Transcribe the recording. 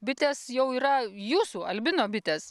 bitės jau yra jūsų albino bitės